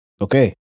Okay